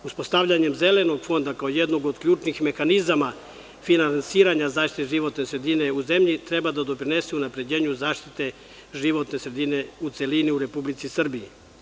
Uspostavljanjem zelenog fonda kao jednog od ključnih mehanizama finansiranja zaštite životne sredine u zemlji, treba da doprinesu unapređenju zaštite životne u celini, u Republici Srbiji.